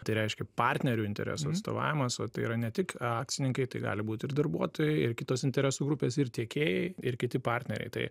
tai reiškia partnerių interesų atstovavimas o tai yra ne tik akcininkai tai gali būt ir darbuotojai ir kitos interesų grupės ir tiekėjai ir kiti partneriai tai